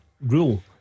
rule